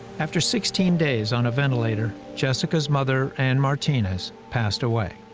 after sixteen days on a ventilator, jessica's mother anne martinez, passed away.